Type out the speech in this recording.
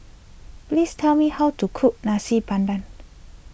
please tell me how to cook Nasi Padang